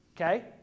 Okay